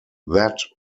that